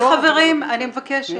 חברים, אני מבקשת.